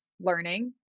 learning